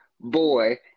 boy